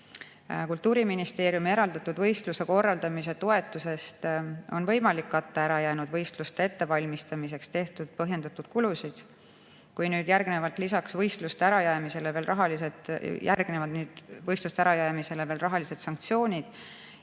Kultuuriministeeriumi eraldatud võistluse korraldamise toetusest on võimalik katta ärajäänud võistluste ettevalmistamiseks tehtud põhjendatud kulusid. Kui nüüd võistluste ärajäämisele järgnevad veel rahalised sanktsioonid,